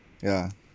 ya lah